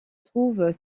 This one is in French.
trouvent